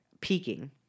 peaking